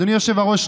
אדוני היושב-ראש,